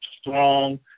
strong